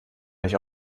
nicht